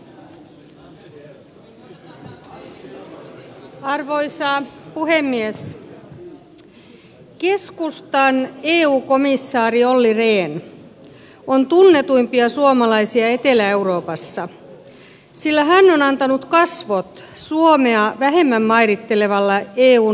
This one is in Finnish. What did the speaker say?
keskustan eu komissaari olli rehn on tunnetuimpia suomalaisia etelä euroopassa sillä hän on antanut kasvot suomea vähemmän mairittelevalle eun leikkauspolitiikalle